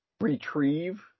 retrieve